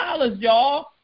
y'all